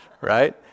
right